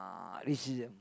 uh racism